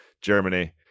Germany